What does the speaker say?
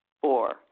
Four